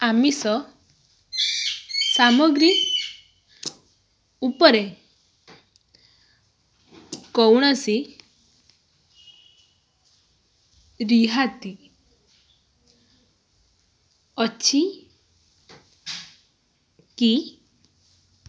ଆମିଷ ସାମଗ୍ରୀ ଉପରେ କୌଣସି ରିହାତି ଅଛି କି